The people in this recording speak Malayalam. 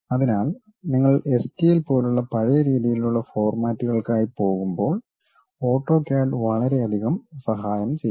അതിനാൽ നിങ്ങൾ എസ്ടിഎൽ പോലുള്ള പഴയ രീതിയിലുള്ള ഫോർമാറ്റുകൾക്കായി പോകുമ്പോൾ ഓട്ടോക്യാഡ് വളരെയധികം സഹായം ചെയ്യും